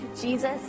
Jesus